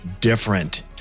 different